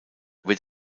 wird